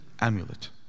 amulet